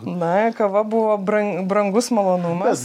na kava buvo bran brangus malonumas